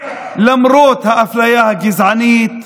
למרות האפליה הגזענית.